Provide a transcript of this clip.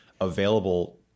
available